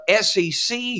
SEC